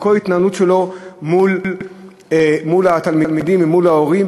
בכל התנהלות שלו מול התלמידים ומול ההורים,